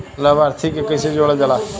लभार्थी के कइसे जोड़ल जाला?